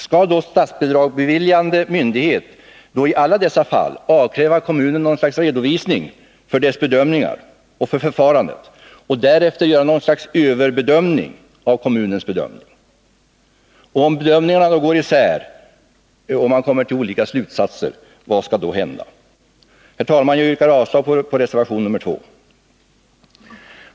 Skall statsbidragsbeviljande myndighet då i alla dessa fall avkräva kommunen en redogörelse för förfarandet och därefter göra något slags överbedömning av kommunens bedömning? Och vad skall då hända om bedömningarna leder till olika slutsatser? Herr talman! Jag yrkar avslag på reservation 2.